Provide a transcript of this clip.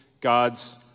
God's